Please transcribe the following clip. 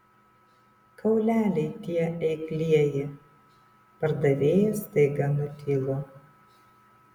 kauleliai tie eiklieji pardavėjas staiga nutilo